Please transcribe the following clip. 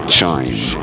Chime